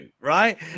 right